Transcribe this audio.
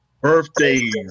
Birthdays